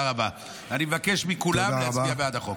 אני מבקש מכולם להצביע בעד החוק.